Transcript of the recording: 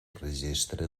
registre